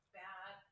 bad